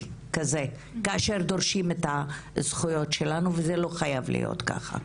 כזה כאשר אנחנו דורשות את הזכויות שלנו וזה לא חייב להיות ככה.